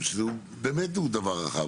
שזה באמת דבר רחב,